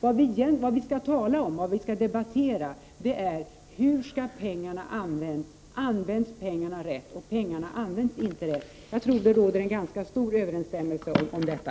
Vad vi skall tala om, vad vi skall debattera, är hur pengarna skall användas och om de används på rätt sätt. Men pengarna används inte på rätt sätt. Jag trodde att vi var rätt överens om detta.